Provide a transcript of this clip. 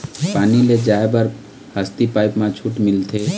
पानी ले जाय बर हसती पाइप मा छूट मिलथे?